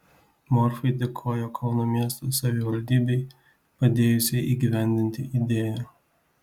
morfai dėkojo kauno miesto savivaldybei padėjusiai įgyvendinti idėją